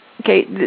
Okay